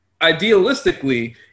idealistically